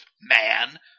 man